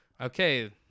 okay